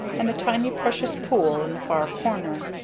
and the tiny precious pool in the far corner.